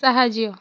ସାହାଯ୍ୟ